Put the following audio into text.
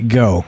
go